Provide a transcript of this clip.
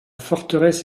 forteresse